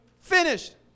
finished